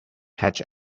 hedge